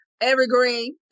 evergreen